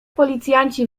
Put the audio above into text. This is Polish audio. policjanci